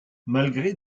malgré